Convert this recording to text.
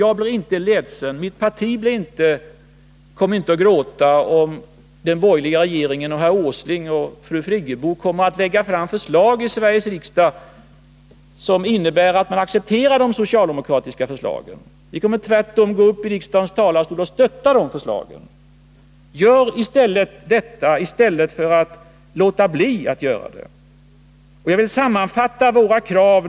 Jag kommer inte att gråta, och mitt parti blir inte ledset, om den borgerliga regeringen, herr Åsling och fru Friggebo, lägger fram dessa förslag i Sveriges riksdag — vi kommer tvärtom att stötta dem. Jag vill nu i sex punkter sammanfatta våra krav.